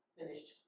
finished